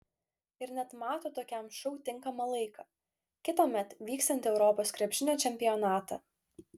ir net mato tokiam šou tinkamą laiką kitąmet vyksiantį europos krepšinio čempionatą